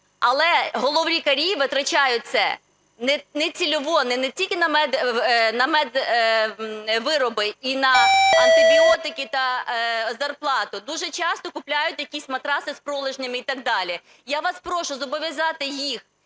Але головні лікарі витрачають це нецільово, не тільки на медвироби і на антибіотики та зарплату, дуже часто купують якісь матраци з і пролежнями і так далі. Я вас прошу зобов'язати їх